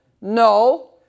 no